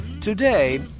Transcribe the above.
Today